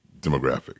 demographic